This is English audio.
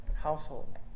household